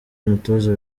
umutoza